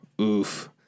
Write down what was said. oof